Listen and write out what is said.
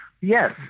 Yes